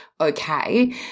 okay